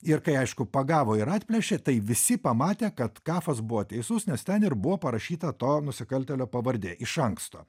ir kai aišku pagavo ir atplėšė tai visi pamatė kad kafas buvo teisus nes ten ir buvo parašyta to nusikaltėlio pavardė iš anksto